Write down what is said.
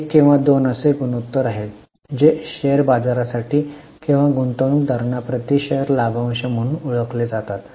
एक किंवा दोन असे गुणोत्तर आहेत जे शेअर बाजारा साठी किंवा गुंतवणूकदारांना प्रति शेअर लाभांश म्हणून ओळखले जातात